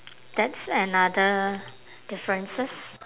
that's another differences